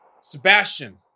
Sebastian